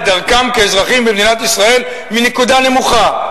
דרכם כאזרחים במדינת ישראל מנקודה נמוכה,